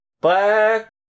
Black